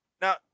Now